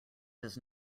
does